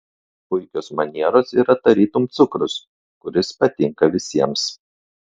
puikios manieros yra tarytum cukrus kuris patinka visiems